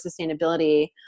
sustainability